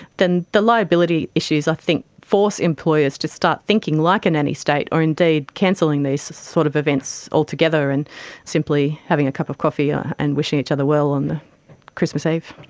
then the liability issues i think force employers to start thinking like a nanny state or indeed cancelling these sort of events altogether and simply having a cup of coffee coffee yeah and wishing each other well on christmas eve.